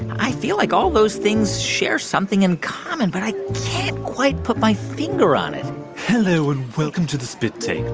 i feel like all those things share something something in common, but i can't quite put my finger on it hello, and welcome to the spit take.